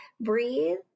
Breathe